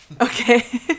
Okay